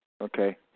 Okay